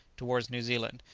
towards new zealand,